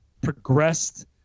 Progressed